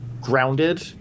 grounded